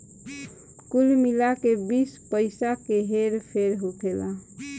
कुल मिला के बीस पइसा के हेर फेर होखेला